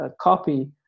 copy